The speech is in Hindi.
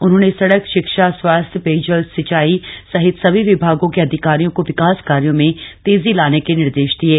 उन्होंने सड़क शिक्षा स्वास्थ्य पेयजल सिंचाई सहित सभी विभागों के अधिकारियों को विकास कार्यो में तेजी लाने के निर्देश दिये